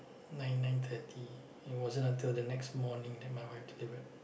nine nine thirty it wasn't until the next morning that my wife delivered